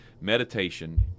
meditation